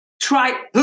Try